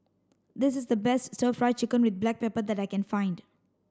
this is the best stir fry chicken with black pepper that I can find